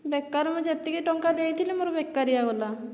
ବେକାର ମୁଁ ଯେତିକି ଟଙ୍କା ଦେଇଥିଲି ମୋର ବେକାରିଆ ଗଲା